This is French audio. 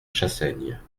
chassaigne